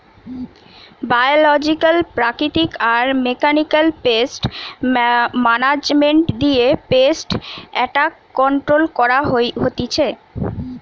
biological প্রাকৃতিক আর mechanical pest management দিয়ে পেস্ট এট্যাক কন্ট্রোল করা হতিছে